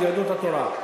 יהדות התורה.